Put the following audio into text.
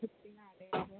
அதுக்கு என்ன ரேட்டு